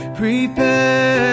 prepare